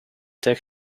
tie